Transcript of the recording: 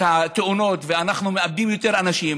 התאונות, ואנחנו מאבדים יותר אנשים,